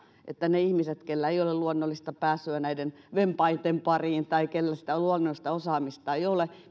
että niillä ihmisillä joilla ei ole luonnollista pääsyä näiden vempainten pariin tai joilla sitä luonnollista osaamista ei ole